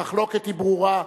המחלוקת היא ברורה,